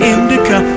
Indica